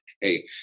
hey